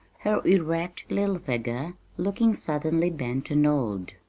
her erect little figure looking suddenly bent and old.